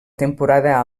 temporada